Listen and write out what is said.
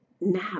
now